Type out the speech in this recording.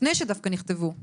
לפני שדווקא נכתבו המסקנות,